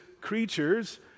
creatures